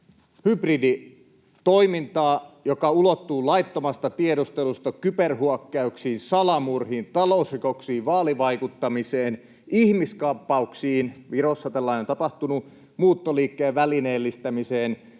hybriditoimintaa, joka ulottuu laittomasta tiedustelusta kyberhyökkäyksiin, salamurhiin, talousrikoksiin, vaalivaikuttamiseen, ihmiskaappauksiin — Virossa tällainen on tapahtunut — muuttoliikkeen välineellistämiseen